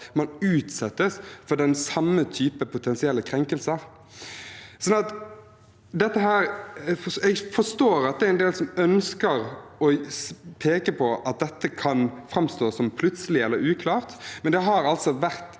man utsettes for den samme typen potensielle krenkelser. Jeg forstår at det er en del som ønsker å peke på at dette kan framstå som plutselig eller uklart, men det har altså vært